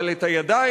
אבל את הידיים,